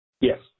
Yes